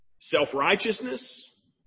Self-righteousness